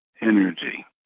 energy